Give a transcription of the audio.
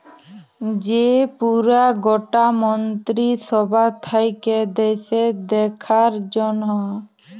যে পুরা গটা মন্ত্রী সভা থাক্যে দ্যাশের দেখার জনহ